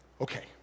Okay